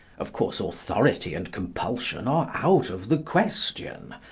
of course, authority and compulsion are out of the question.